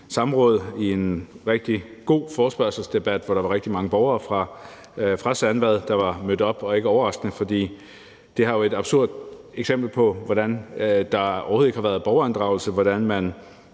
sammen i en rigtig god forespørgselsdebat, hvor der var rigtig mange borgere fra Sandvad, der var mødt op – ikke overraskende, for det her er jo et absurd eksempel på, hvordan der overhovedet ikke har været borgerinddragelse; hvordan man